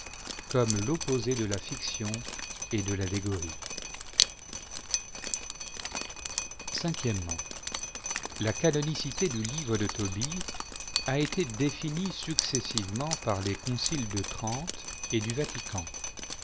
comme l'opposé de la fiction et de tallégorie la canonicité du livre de tobie a été définie successivement par les conciles de trente et du vatican